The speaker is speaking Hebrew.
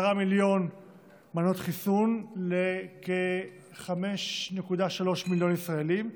מיליון מנות חיסון לכ-5.3 מיליון ישראלים,